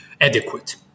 adequate